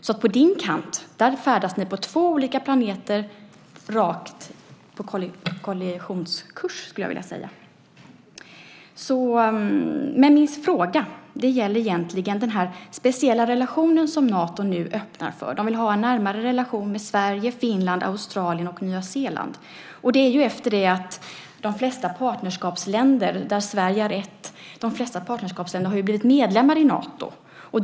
Så på din kant färdas ni på två olika planeter som går direkt på kollisionskurs, skulle jag vilja säga. Min fråga gäller egentligen den speciella relationen som Nato nu öppnar för. De vill ha en närmare relation med Sverige, Finland, Australien och Nya Zeeland efter det att de flesta partnerskapsländer, av vilka Sverige är ett, har blivit medlemmar i Nato.